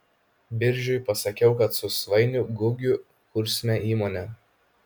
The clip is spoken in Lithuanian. biržiui pasakiau kad su svainiu gugiu kursime įmonę